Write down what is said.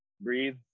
Breathe